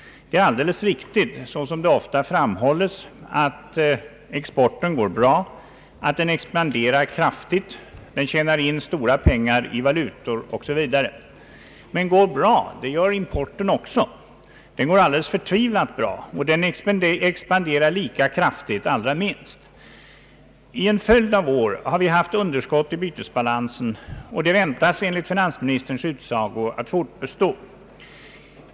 Det är alldeles riktigt, såsom det ofta framhålles, att exporten går bra, att den expanderar kraftigt, att den tjänar in stora pengar i valutor osv. Men också importen går bra, den går alldeles förtvivlat bra och expanderar lika kraftigt, allra minst. Under en följd av år har vi haft underskott i bytesbalansen, och det väntas enligt finansministerns utsago fortbestå.